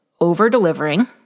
over-delivering